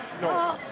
know